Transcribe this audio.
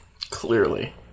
clearly